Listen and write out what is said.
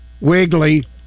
wiggly